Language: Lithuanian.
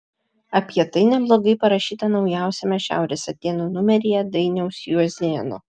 apie tai neblogai parašyta naujausiame šiaurės atėnų numeryje dainiaus juozėno